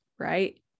right